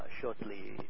shortly